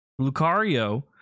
Lucario